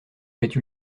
faite